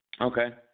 Okay